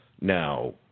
Now